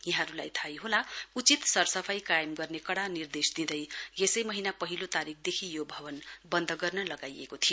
यहाँहरुलाई थाहै होला उचित सरसफाई कायम गर्ने कड़ा निर्देश दिँदै यसै महीना पहिलो तारीकदेखि यो भवन वन्द गर्न लगाइएको थियो